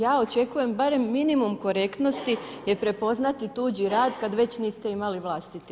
Ja očekujem barem minimum korektnosti jer prepoznati tuđi rad, kad već niste imali vlastiti.